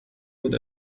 mit